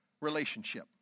relationship